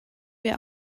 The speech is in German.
wir